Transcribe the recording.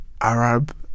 Arab